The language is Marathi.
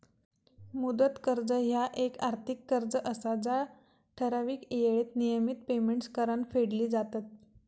मुदत कर्ज ह्या येक आर्थिक कर्ज असा जा ठराविक येळेत नियमित पेमेंट्स करान फेडली जातत